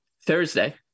Thursday